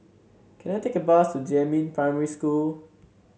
can I take a bus to Jiemin Primary School